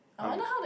I'm